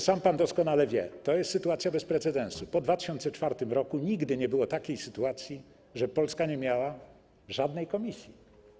Sam pan doskonale wie, że to jest sytuacja bez precedensu, po 2004 r. nigdy nie było takiej sytuacji, żeby Polska nie miała żadnej komisji.